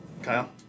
Kyle